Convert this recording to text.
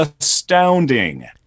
astounding